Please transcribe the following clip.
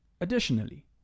Additionally